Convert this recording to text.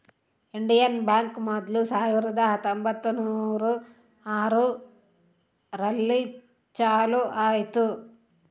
Indian bank ಮೊದ್ಲು ಸಾವಿರದ ಹತ್ತೊಂಬತ್ತುನೂರು ಆರು ರಲ್ಲಿ ಚಾಲೂ ಆಯ್ತು